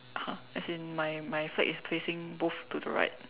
!huh! as in my my flag is facing both to the right